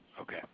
Okay